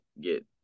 get